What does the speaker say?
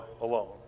alone